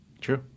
True